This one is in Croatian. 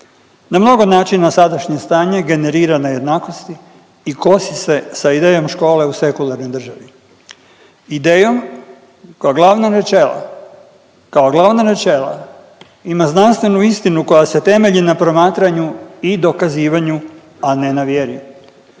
Na mnogo način sadašnje stanje generira nejednakosti i kosi se sa idejom škole u sekularnoj državi, idejom koja glavna načela, kao glavna načela ima znanstvenu istinu koja se temelji na promatranju i dokazivanju, a ne na vjeri.